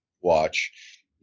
watch